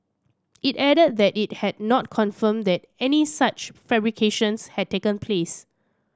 it added that it had not confirmed that any such fabrications had taken place